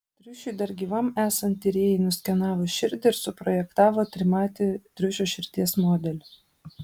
triušiui dar gyvam esant tyrėjai nuskenavo širdį ir suprojektavo trimatį triušio širdies modelį